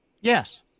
Yes